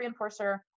reinforcer